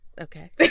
Okay